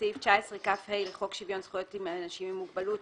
סעיף 19כ(ה) לחוק שוויון זכויות לאנשים עם מוגבלות,